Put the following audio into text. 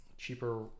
Cheaper